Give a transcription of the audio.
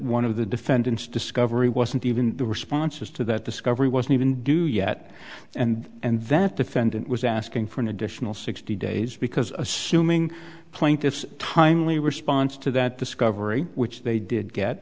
one of the defendants discovery wasn't even the responses to that discovery wasn't even do yet and and that defendant was asking for an additional sixty days because assuming plaintiff's timely response to that discovery which they did get